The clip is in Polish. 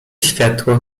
światło